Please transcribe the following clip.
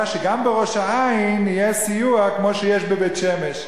שגם בראש-העין יהיה סיוע כמו שיש בבית-שמש.